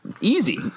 easy